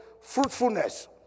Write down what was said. fruitfulness